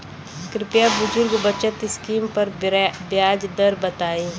कृपया बुजुर्ग बचत स्किम पर ब्याज दर बताई